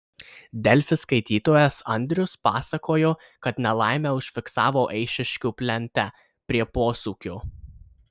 delfi skaitytojas andrius pasakojo kad nelaimę užfiksavo eišiškių plente prie posūkio